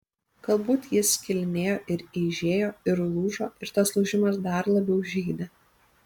galbūt jis skilinėjo ir eižėjo ir lūžo ir tas lūžimas dar labiau žeidė